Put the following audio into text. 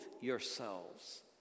yourselves